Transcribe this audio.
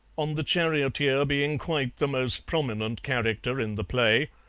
on the charioteer being quite the most prominent character in the play,